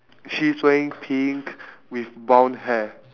she is wearing pink with brown hair